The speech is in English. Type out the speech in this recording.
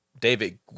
david